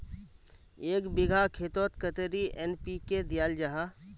एक बिगहा खेतोत कतेरी एन.पी.के दियाल जहा?